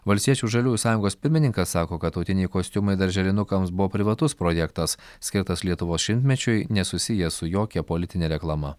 valstiečių žaliųjų sąjungos pirmininkas sako kad tautiniai kostiumai darželinukams buvo privatus projektas skirtas lietuvos šimtmečiui nesusijęs su jokia politine reklama